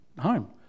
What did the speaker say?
home